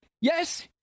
Yes